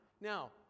Now